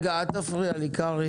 אל תפריע לי, קרעי.